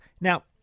Now